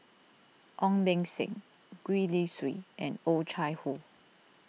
Ong Beng Seng Gwee Li Sui and Oh Chai Hoo